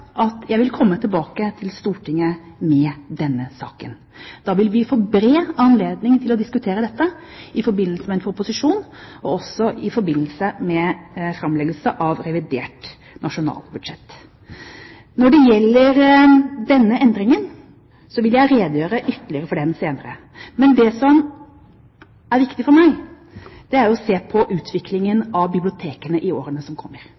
at jeg vil komme tilbake til Stortinget med denne saken. Da vil vi få bred anledning til å diskutere dette i forbindelse med en proposisjon og også i forbindelse med framleggelse av revidert nasjonalbudsjett. Når det gjelder denne endringen, vil jeg redegjøre ytterligere for den senere. Men det som er viktig for meg, er å se på utviklingen av bibliotekene i årene som kommer.